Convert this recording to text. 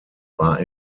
war